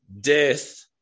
death